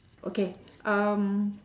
okay um